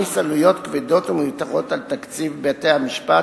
מעמיס עלויות כבדות ומיותרות על תקציב בתי-המשפט